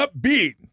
upbeat